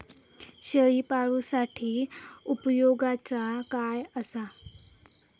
शेळीपाळूसाठी उपयोगाचा काय असा?